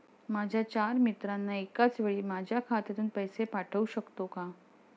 माझ्या चार मित्रांना एकाचवेळी माझ्या खात्यातून पैसे पाठवू शकतो का?